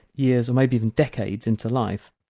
years and maybe even decades into life.